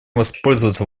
воспользоваться